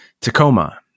Tacoma